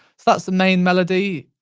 so, that's the main melody.